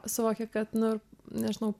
suvoki kad nu nežinau